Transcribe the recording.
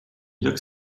looked